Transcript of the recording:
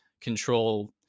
control